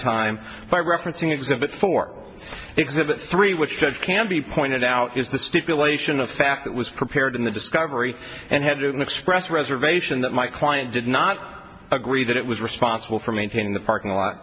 time by referencing exhibit for exhibit three which can be pointed out is to speak relation of fact that was prepared in the discovery and had to express reservation that my client did not agree that it was responsible for maintaining the parking lot